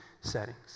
settings